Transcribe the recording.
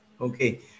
Okay